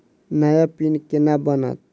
नया पिन केना बनत?